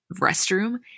restroom